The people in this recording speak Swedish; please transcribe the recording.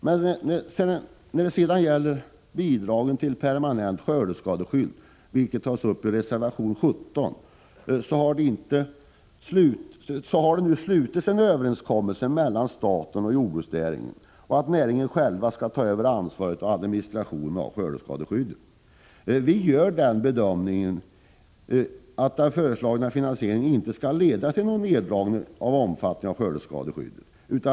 Beträffande bidrag till permanent skördeskadeskydd, som tas upp i reservation 17, har ju en överenskommelse träffats mellan staten och jordbruksnäringen att man inom jordbruket själv skall ta ansvar för administrationen av skördeskadeskyddet. Vi gör den bedömningen att den föreslagna finansieringen inte kan beräknas leda till någon neddragning av skördeskadeskyddets omfattning.